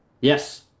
Yes